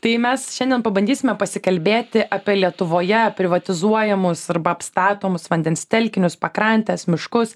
tai mes šiandien pabandysime pasikalbėti apie lietuvoje privatizuojamus arba apstatomus vandens telkinius pakrantes miškus